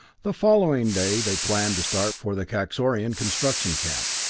the following day they planned to start for the kaxorian construction camp.